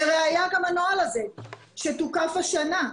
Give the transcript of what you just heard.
לראיה גם הנוהל הזה שתוקף השנה,